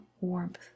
warmth